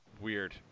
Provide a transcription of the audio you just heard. weird